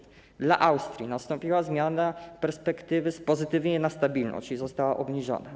Dla Austrii nastąpiła zmiana perspektywy z pozytywnej na stabilną, czyli ocena została obniżona.